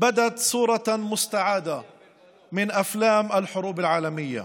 בשחור ובאפור מלוכלך ודמו לתמונה הלקוחה מסרטי מלחמות עולם.